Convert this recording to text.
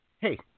Hey